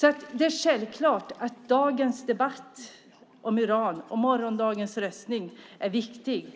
Det är därför självklart att dagens debatt om uran och morgondagens omröstning är viktiga.